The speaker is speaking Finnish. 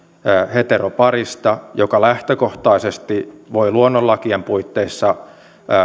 heteroparista joka lähtökohtaisesti voi luonnonlakien puitteissa